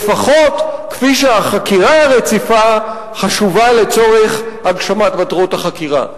לפחות כפי שהחקירה הרציפה חשובה לצורך הגשמת מטרות החקירה".